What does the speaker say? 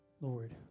Lord